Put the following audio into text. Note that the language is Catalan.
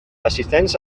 assistents